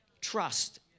trust